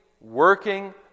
working